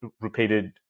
repeated